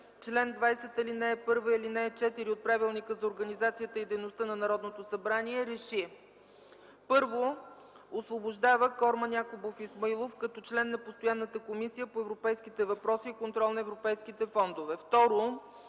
чл. 20 алинеи 1 и 4 от Правилника за организацията и дейността на Народното събрание РЕШИ: 1. Освобождава Корман Якубов Исмаилов като член на постоянната Комисия по европейските въпроси и контрол на европейските фондове. 2.